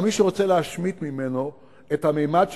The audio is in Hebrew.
גם מי שרוצה להשמיט ממנו את הממד,